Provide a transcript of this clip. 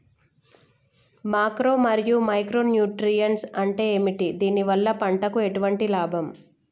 Macro మరియు micro nutrients అంటే ఏమిటి? దీనివల్ల పంటకు ఎటువంటి లాభం?